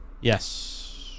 Yes